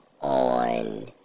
on